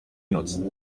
benutzen